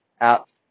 out